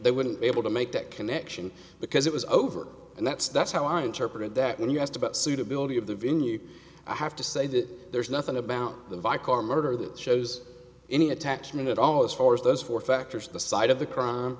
they wouldn't be able to make that connection because it was over and that's that's how i interpreted that when you asked about suitability of the venue i have to say that there is nothing about the vi car murder that shows any attachment at all as far as those four factors the side of the crime